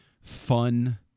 fun